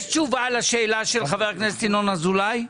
יש תשובה לשאלה של חבר הכנסת ינון אזולאי?